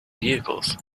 vehicles